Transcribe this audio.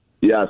Yes